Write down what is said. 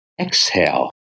exhale